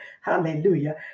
Hallelujah